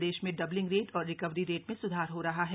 प्रदेश में doubling rate और recovery rate में सुधार हो रहा है